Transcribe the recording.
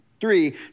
three